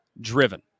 driven